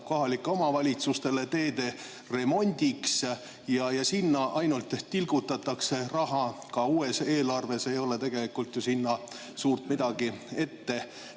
kohalike omavalitsuste teede remondiks, aga sinna ainult tilgutatakse raha. Ka uues eelarves ei ole tegelikult ju sinna suurt midagi ette